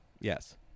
Yes